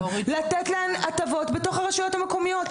לתת להן הטבות בתוך הרשויות המקומיות.